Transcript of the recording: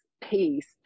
peace